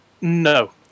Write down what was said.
No